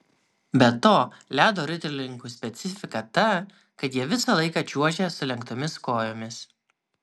be to ledo ritulininkų specifika ta kad jie visą laiką čiuožia sulenktomis kojomis